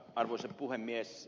arvoisa puhemies